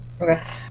Okay